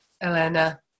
Elena